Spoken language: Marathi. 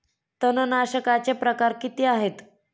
तणनाशकाचे प्रकार किती आहेत?